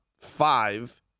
five